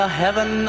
heaven